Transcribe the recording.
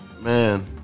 Man